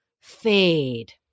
fade